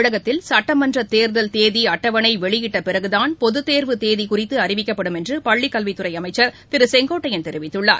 தமிழகத்தில் சட்டமன்றத் தேர்தல் தேதி அட்டவணை வெளியிட்டப்பிறகுதான் பொதுத்தேர்வு தேதி குறித்து அறிவிக்கப்படும் என்று பள்ளிக்கல்வித்துறை அமைச்சர் திரு செங்கோட்டையன் தெரிவித்துள்ளார்